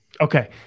okay